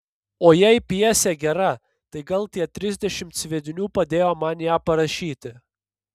o jei pjesė gera tai gal tie trisdešimt sviedinių padėjo man ją parašyti